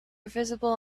visible